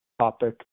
topic